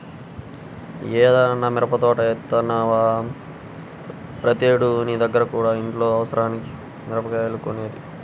యీ ఏడన్నా మిరపదోట యేత్తన్నవా, ప్రతేడూ నీ దగ్గర కదా ఇంట్లో అవసరాలకి మిరగాయలు కొనేది